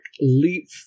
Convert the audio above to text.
leap